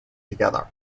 together